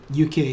UK